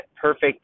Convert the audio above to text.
perfect